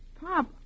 Pop